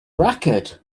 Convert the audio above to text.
racket